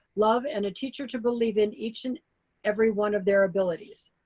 love, and a teacher to believe in each and every one of their abilities.